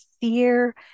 Fear